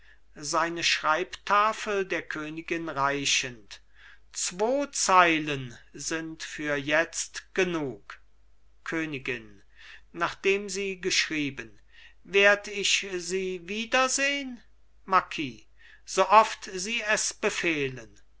seine schreibtafel der königin reichend zwo zeilen sind für jetzt genug königin nachdem sie geschrieben werd ich sie wiedersehn marquis so oft sie es befehlen